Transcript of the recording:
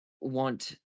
want